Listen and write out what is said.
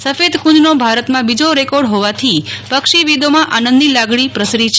સફેદ કુંજનો ભારતમાં બીજો રેકોર્ડ હોવાથી પક્ષીવિદોમાં આનંદની લાગણી પ્રસરી છે